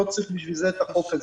לא צריך בשביל זה את החוק הזה.